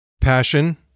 Passion